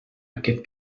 aquest